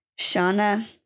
Shauna